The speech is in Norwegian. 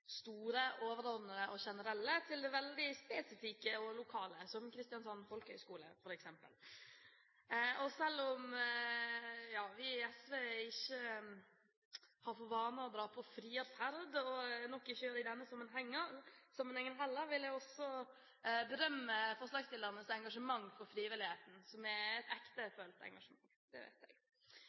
store, overordnede og generelle til det veldig spesifikke og lokale, som f.eks. Kristiansand folkehøgskole. Selv om vi i SV ikke har for vane å dra på frierferd, noe vi ikke gjør i denne sammenheng heller, vil jeg berømme forslagsstillernes engasjement for frivilligheten, som er et ektefølt engasjement. Det vet jeg.